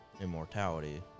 immortality